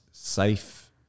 safe